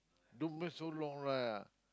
don't make so long lah